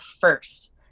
first